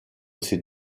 ces